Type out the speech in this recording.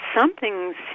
something's